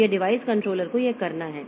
तो यह device controller को यह करना है